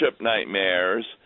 nightmares